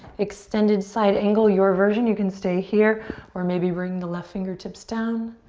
extended side angle, your version. you can stay here or maybe bring the left fingertips down.